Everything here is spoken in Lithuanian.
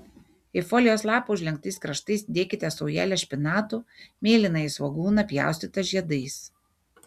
į folijos lapą užlenktais kraštais dėkite saujelę špinatų mėlynąjį svogūną pjaustytą žiedais